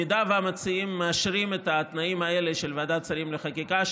אם המציעים מאשרים את התנאים האלה של ועדת השרים לחקיקה,